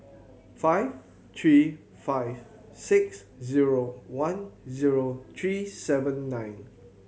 five three five six zero one zero three seven nine